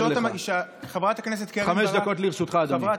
זאת, חמש דקות לרשותך, אדוני.